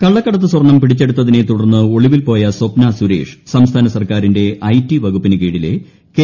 കള്ളക്കടത്ത് സ്വർണ്ണം പിടിച്ചെടുത്തിനെ തുടർന്ന് ഒളിവിൽ പോയ സ്വപ്ന സുരേഷ് സംസ്ഥാന സർക്കാരിന്റെ ഐ ടി വകുപ്പിന് കീഴിലെ കെ